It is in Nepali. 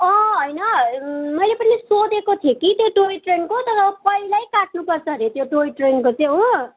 होइन मैले पनि सोधेको थिएँ कि त्यो टोय ट्रेनको तर पहिल्यै काट्नु पर्छ हरे त्यो टोय ट्रेनको चाहिँ हो